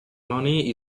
money